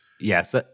yes